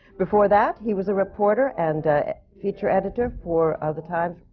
before that, he was a reporter and feature editor for ah the times,